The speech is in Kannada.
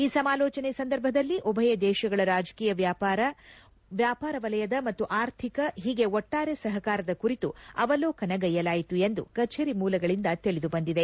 ಈ ಸಮಾಲೋಚನೆ ಸಂದರ್ಭದಲ್ಲಿ ಉಭಯ ದೇಶಗಳ ರಾಜಕೀಯ ವ್ಯಾಪಾರ ವಲಯದ ಮತ್ತು ಆರ್ಥಿಕ ಹೀಗೆ ಒಟ್ನಾರೆ ಸಹಕಾರದ ಕುರಿತು ಅವಲೋಕನಗ್ಸೆಯ್ಲಲಾಯಿತು ಎಂದು ಕಛೇರಿ ಮೂಲಗಳಿಂದ ತಿಳಿದುಬಂದಿದೆ